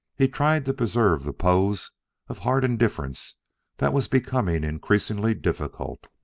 he tried to preserve the pose of hard indifference that was becoming increasingly difficult.